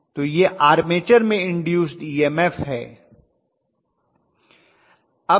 तो यह आर्मेचर में इन्दूस्ड ईएमएफ है